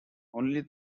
only